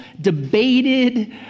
debated